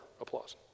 applause